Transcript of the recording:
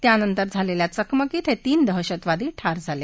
त्यानंतर झालेल्या चकमकीत हे तीन दहशतवादी ठार झाले